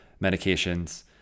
medications